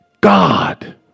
God